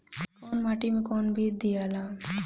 कौन माटी मे कौन बीज दियाला?